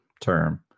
term